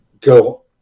go